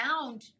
found